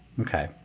Okay